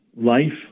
Life